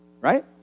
right